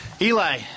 Eli